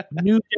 New